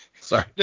Sorry